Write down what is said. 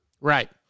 right